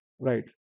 right